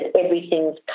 everything's